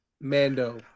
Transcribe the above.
Mando